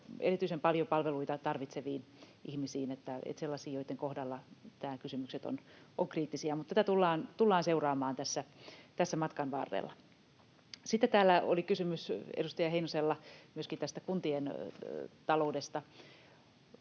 erityisen paljon palveluita tarvitseviin ihmisiin, sellaisiin, joitten kohdalla nämä kysymykset ovat kriittisiä. Mutta tätä tullaan seuraamaan tässä matkan varrella. Sitten täällä oli kysymys edustaja Heinosella myöskin tästä kuntien taloudesta.